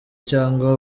cyangwa